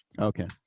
Okay